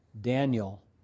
Daniel